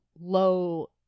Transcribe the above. low